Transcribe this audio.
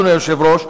אדוני היושב-ראש: